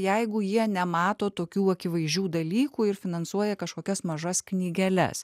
jeigu jie nemato tokių akivaizdžių dalykų ir finansuoja kažkokias mažas knygeles